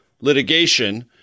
litigation